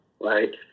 right